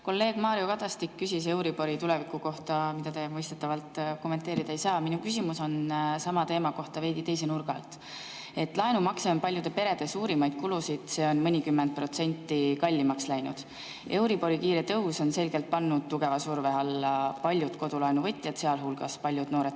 Kolleeg Mario Kadastik küsis euribori tuleviku kohta, mida te mõistetavalt kommenteerida ei saa. Minu küsimus on sama teema kohta veidi teise nurga alt. Laenumakse on paljude perede suurimaid kulusid, see on mõnikümmend protsenti kallimaks läinud. Euribori kiire tõus on selgelt pannud tugeva surve alla paljud kodulaenu võtjad, sealhulgas paljud noored